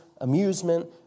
amusement